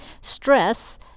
Stress